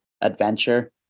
adventure